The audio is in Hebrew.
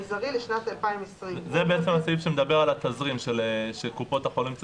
המאה אחוז תכליתו היה להגיד בית החולים יש לו כוח אדם,